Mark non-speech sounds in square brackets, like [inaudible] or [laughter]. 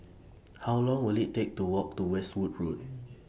How Long Will IT Take to Walk to Westwood Road [noise]